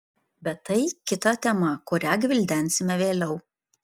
bet tai kita tema kurią gvildensime vėliau